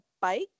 bike